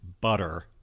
butter